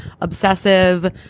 obsessive